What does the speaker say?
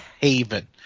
haven